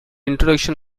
introduction